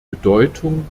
bedeutung